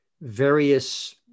various